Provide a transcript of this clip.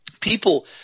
people